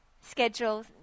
schedule